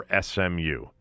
SMU